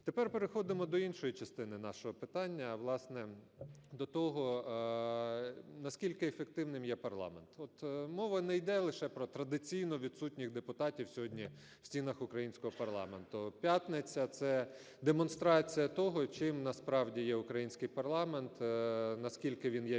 Тепер переходимо до іншої частини нашого питання, власне, до того, наскільки ефективним є парламент. От мова не йде лише про традиційно відсутніх депутатів сьогодні в стінах українського парламенту. П'ятниця – це демонстрація того, чим насправді є український парламент, наскільки він є